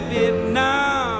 Vietnam